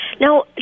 Now